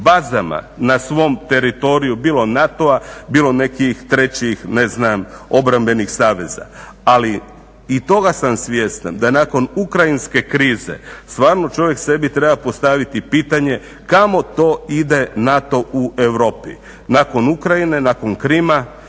bazama na svom teritoriju, bilo NATO-a, bilo nekih trećih, ne znam, obrambenih saveza, ali i toga sam svjestan da nakon ukrajinske krize, stvarno čovjek sebi treba postaviti pitanje kamo to ide NATO u Europi? Nakon Ukrajine, nakon Krima,